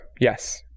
yes